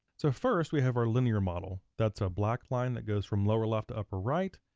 so first, we have our linear model. that's a black line that goes from lower left to upper right.